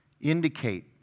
indicate